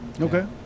Okay